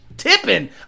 Tipping